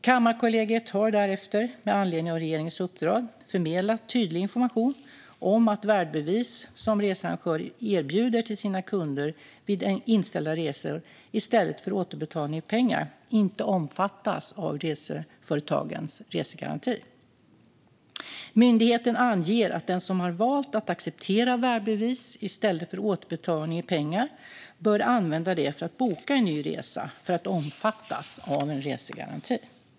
Kammarkollegiet har därefter, med anledning av regeringens uppdrag, förmedlat tydlig information om att värdebevis som researrangörer erbjuder till sina kunder vid inställda resor i stället för återbetalning i pengar inte omfattas av reseföretagens resegaranti. Myndigheten anger att den som har valt att acceptera värdebevis i stället för återbetalning i pengar bör använda det för att boka en ny resa för att omfattas av en resegaranti.